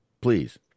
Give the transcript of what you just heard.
Please